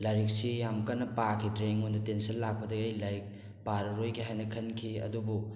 ꯂꯥꯏꯔꯤꯛꯁꯤ ꯌꯥꯝ ꯀꯟꯅ ꯄꯥꯈꯤꯗ꯭ꯔꯦ ꯑꯩꯉꯣꯟꯗ ꯇꯦꯟꯁꯟ ꯂꯥꯛꯄꯗꯒꯤ ꯑꯩ ꯂꯥꯏꯔꯤꯛ ꯄꯥꯔꯣꯏꯒꯦ ꯍꯥꯏꯅ ꯈꯟꯈꯤ ꯑꯗꯨꯕꯨ